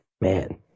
man